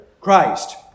Christ